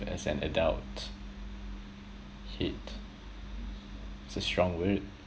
as an adult hate it's a strong word